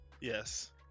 Yes